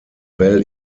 bell